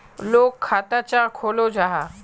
लोग खाता चाँ खोलो जाहा?